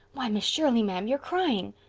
why, miss shirley, ma'am, you're crying!